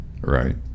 Right